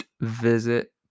visit